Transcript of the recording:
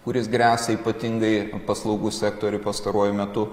kuris gresia ypatingai paslaugų sektoriui pastaruoju metu